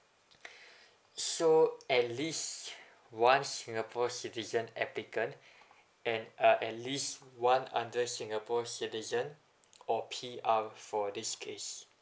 so at least one singapore citizen applicant and uh at least one under singapore citizen or P_R for this case